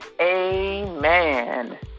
amen